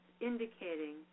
indicating